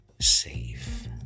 safe